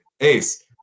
Ace